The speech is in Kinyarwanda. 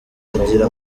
agira